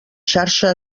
xarxa